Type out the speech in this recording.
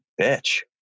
bitch